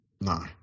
No